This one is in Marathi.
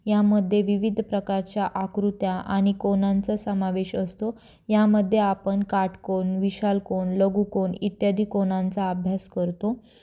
यामध्ये विविध प्रकारच्या आकृत्या आणि कोनांचा समावेश असतो यामध्ये आपन काटकोन विशाल कोन लघु कोन इत्यादी कोनांचा अभ्यास करतो